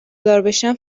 داربشم